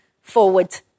forward